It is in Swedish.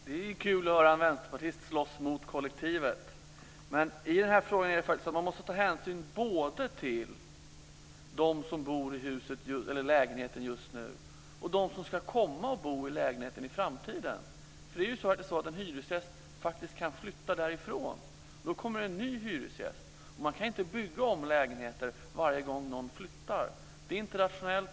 Herr talman! Det är kul att höra en vänsterpartist slåss mot kollektivet. Men i denna fråga måste man ta hänsyn både till dem som bor i lägenheten just nu och till dem som ska komma att bo i lägenheten i framtiden. Hyresgästen kan faktiskt komma att flytta därifrån, och då kommer en ny hyresgäst. Man kan inte bygga om lägenheter varje gång någon flyttar. Det är inte rationellt.